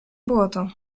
błoto